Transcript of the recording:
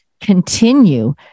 continue